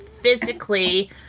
physically